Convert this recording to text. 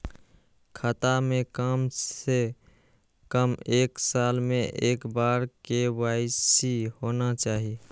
खाता में काम से कम एक साल में एक बार के.वाई.सी होना चाहि?